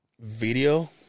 video